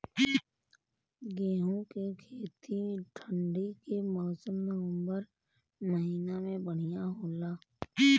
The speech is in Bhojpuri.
गेहूँ के खेती ठंण्डी के मौसम नवम्बर महीना में बढ़ियां होला?